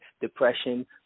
depression